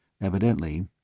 Evidently